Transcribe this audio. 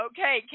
Okay